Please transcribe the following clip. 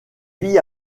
vit